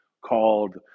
called